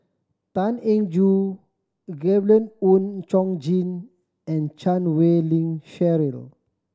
Tan Eng Joo Gabriel Oon Chong Jin and Chan Wei Ling Cheryl